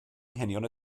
anghenion